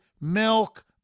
milk